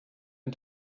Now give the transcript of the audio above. and